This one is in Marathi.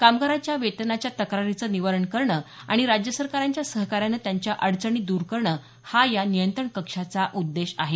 कामगारांच्या वेतनाच्या तक्रारींच निवारण करणं आणो राज्य सरकारांच्या सहकार्यानम् त्यांच्या अडचणी दूर करणं हा या नियंत्रण कक्षाचा उद्देश आहे